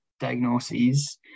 diagnoses